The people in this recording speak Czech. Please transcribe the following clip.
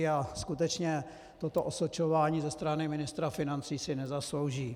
A skutečně toto osočování ze strany ministra financí si nezaslouží.